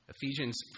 Ephesians